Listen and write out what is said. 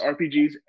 RPGs